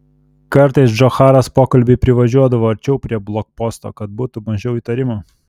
kartais džocharas pokalbiui privažiuodavo arčiau prie blokposto kad būtų mažiau įtarimų